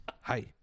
Hi